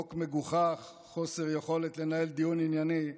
חוק מגוחך, חוסר יכולת לנהל דיון ענייני,